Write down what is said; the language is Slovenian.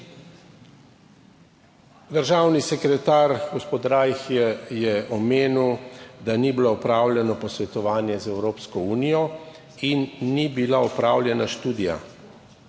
Državni sekretar gospod Rajh je omenil, da ni bilo opravljeno posvetovanje z Evropsko unijo in da ni bila opravljena študija,